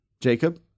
Jacob